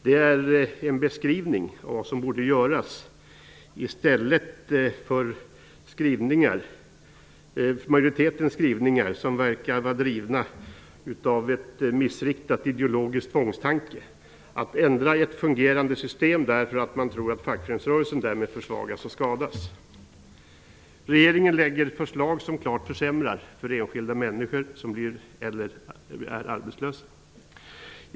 Det är en beskrivning av vad som borde göras, medan majoritetens skrivningar verkar drivna av en missriktad ideologisk tvångstanke, att ändra ett fungerande system därför att man tror att fackföreningsrörelsen därmed försvagas och skadas. Regeringen lägger fram förslag som klart försämrar för enskilda människor som blir eller är arbetslösa.